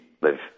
live